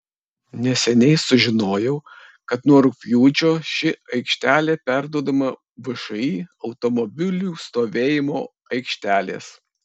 neseniai sužinojau kad nuo rugpjūčio ši aikštelė perduodama všį automobilių stovėjimo aikštelės